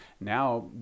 now